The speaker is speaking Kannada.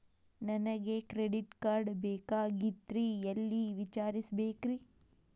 ನನಗೆ ಕ್ರೆಡಿಟ್ ಕಾರ್ಡ್ ಬೇಕಾಗಿತ್ರಿ ಎಲ್ಲಿ ವಿಚಾರಿಸಬೇಕ್ರಿ?